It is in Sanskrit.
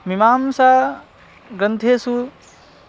मीमांसा ग्रन्थेषु